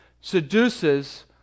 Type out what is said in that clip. seduces